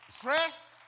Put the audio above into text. Press